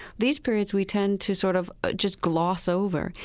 these periods we tend to sort of just gloss over.